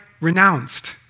renounced